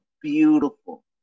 beautiful